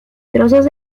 trozos